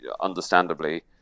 understandably